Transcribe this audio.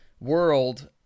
world